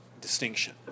distinction